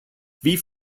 wie